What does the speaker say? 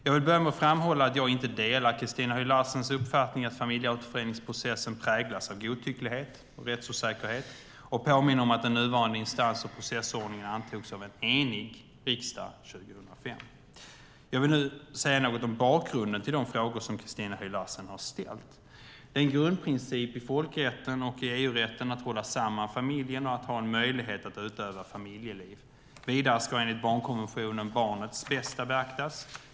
Jag vill börja med att framhålla att jag inte delar Christina Höj Larsens uppfattning att familjeåterföreningsprocessen präglas av godtycklighet och rättsosäkerhet och påminner om att den nuvarande instans och processordningen antogs av en enig riksdag 2005. Jag vill nu säga något om bakgrunden till de frågor som Christina Höj Larsen har ställt. Det är en grundprincip i folkrätten och EU-rätten att hålla samman familjen och att ha möjlighet att utöva familjeliv. Vidare ska enligt barnkonventionen barnets bästa beaktas.